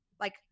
like-